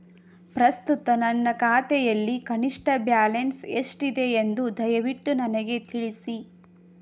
ಪ್ರಸ್ತುತ ನನ್ನ ಖಾತೆಯಲ್ಲಿ ಕನಿಷ್ಠ ಬ್ಯಾಲೆನ್ಸ್ ಎಷ್ಟಿದೆ ಎಂದು ದಯವಿಟ್ಟು ನನಗೆ ತಿಳಿಸಿ